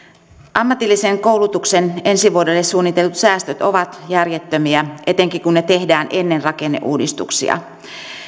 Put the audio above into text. ammatillisen koulutuksen ensi vuodelle suunnitellut säästöt ovat järjettömiä etenkin kun ne tehdään ennen rakenneuudistuksia